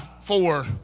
four